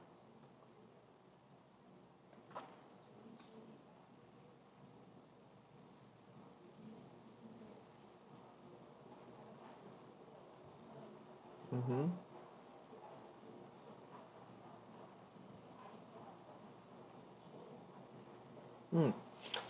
mmhmm mm